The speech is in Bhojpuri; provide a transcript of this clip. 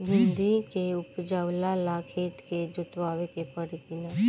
भिंदी के उपजाव ला खेत के जोतावे के परी कि ना?